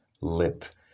lit